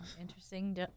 interesting